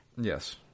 Yes